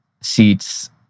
seats